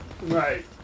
Right